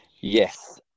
yes